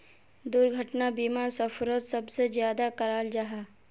दुर्घटना बीमा सफ़रोत सबसे ज्यादा कराल जाहा